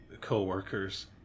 co-workers